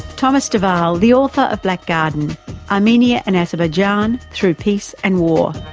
thomas de waal, the author of black garden armenia and azerbaijan through peace and war.